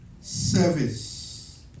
Service